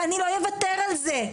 ואני לא אוותר על זה.